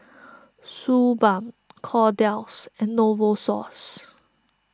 Suu Balm Kordel's and Novosource